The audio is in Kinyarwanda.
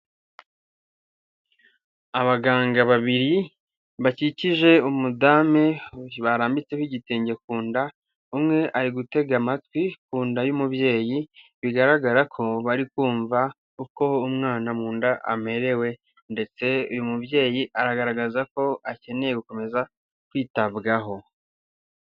Abaganga babiri bakikije umudamu barambitseho igitenge ku nda, umwe ari gutega amatwi ku nda y'umubyeyi bigaragara ko bari kumva uko umwana mu nda amerewe, ndetse uyu mubyeyi agaragaza ko akeneye gukomeza kwitabwaho.